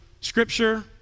scripture